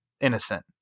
innocent